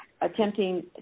attempting